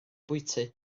bwyty